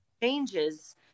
changes